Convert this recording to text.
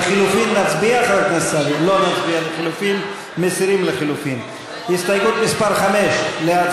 לחלופין, נצביע, חבר הכנסת סעדי?